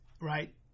right